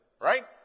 Right